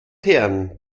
herren